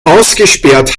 ausgesperrt